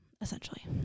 essentially